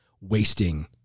wasting